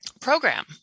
program